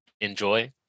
enjoy